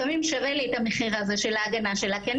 לפעמים שווה לי את המחיר הזה של ההגנה שלה כי אני